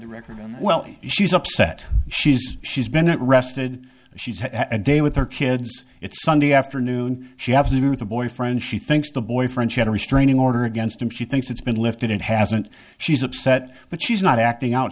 the record well she's upset she's she's been arrested she's had a day with her kids it's sunday afternoon she have to be with the boyfriend she thinks the boyfriend had a restraining order against him she thinks it's been lifted and hasn't she's upset but she's not acting out